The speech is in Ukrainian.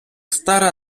стара